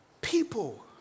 people